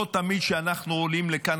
לא תמיד כשאנחנו עולים לכאן,